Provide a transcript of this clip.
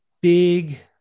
big